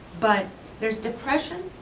but there's depression.